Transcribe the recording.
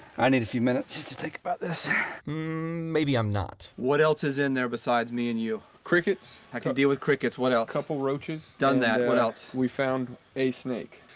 i need a few minutes just to take about this maybe i'm not what else is in there besides me and you cricket how can i deal with crickets? what else couple roaches done that what else we found a snake?